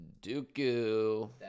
Dooku